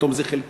פתאום זה חלקי,